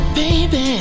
baby